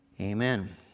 Amen